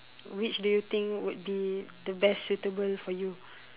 which do you think would be the best suitable for you